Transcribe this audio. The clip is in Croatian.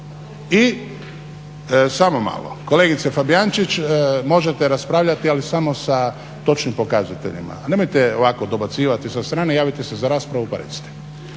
Samo malo kolegice Fabijančić, možete raspravljati ali samo sa točnim pokazateljima, nemojte ovako dobacivati sa strane, javite se za raspravu pa recite.